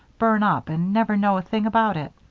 burn up, and never know a thing about it.